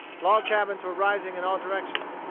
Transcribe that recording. log cabins were rising in all directions,